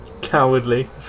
Cowardly